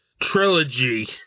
Trilogy